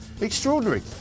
extraordinary